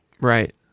Right